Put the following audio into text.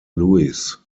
luis